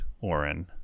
Oren